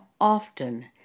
often